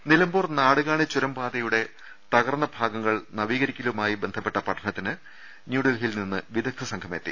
് നിലമ്പൂർ നാടുകാണി ചുരം പാതയുടെ തകർന്ന ഭാഗങ്ങൾ നവീകരികരണവുമായി ബന്ധപ്പെട്ട പഠനത്തിന് ഡൽഹിയിൽ നിന്ന് വിദഗ്ധ ്സംഘമെത്തി